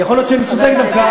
יכול להיות שאני צודק דווקא,